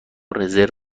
رزرو